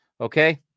Okay